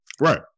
Right